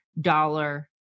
dollar